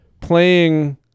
playing